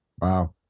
Wow